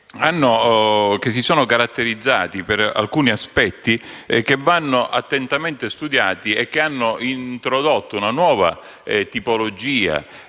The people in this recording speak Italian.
che si sono caratterizzati per alcuni aspetti che vanno attentamente studiati. Essi hanno introdotto una nuova tipologia